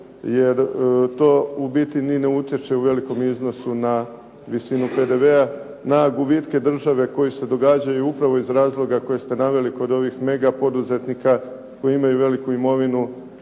jer to u biti ni ne utječe u velikom iznosu na visinu PDV-a, na gubitke države koji se događaju upravo iz razloga koje ste naveli kod ovih mega poduzetnika koji imaju veliku imovinu,